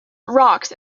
rocks